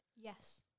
Yes